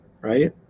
right